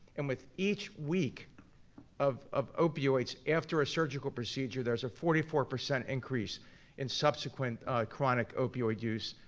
and with each week of of opioids after a surgical procedure, there's a forty four percent increase in subsequent chronic opioid use